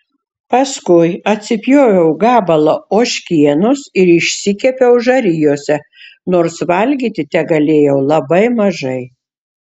paskui atsipjoviau gabalą ožkienos ir išsikepiau žarijose nors valgyti tegalėjau labai mažai